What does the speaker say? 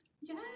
Yes